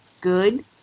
good